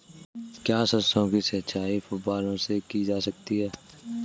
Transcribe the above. क्या सरसों की सिंचाई फुब्बारों से की जा सकती है?